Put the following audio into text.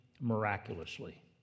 miraculously